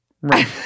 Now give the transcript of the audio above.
Right